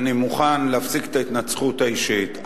אני מוכן להפסיק את ההתנצחות האישית,